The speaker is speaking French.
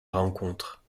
rencontre